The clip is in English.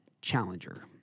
challenger